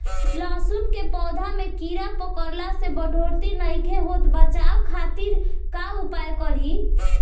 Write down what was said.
लहसुन के पौधा में कीड़ा पकड़ला से बढ़ोतरी नईखे होत बचाव खातिर का उपाय करी?